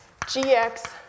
gx